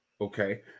Okay